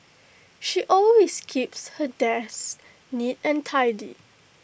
she always keeps her desk neat and tidy